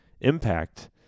impact